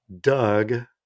Doug